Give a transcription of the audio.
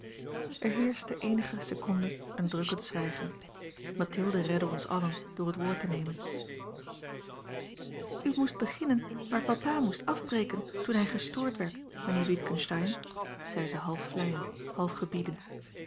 er heerschte eenige seconden een drukkend zwijgen mathilde redde ons allen door het woord te nemen u moest beginnen waar papa moest afbreken toen hij gestoord werd mijnheer witgensteyn zei ze half vleiend half gebiedend